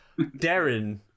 Darren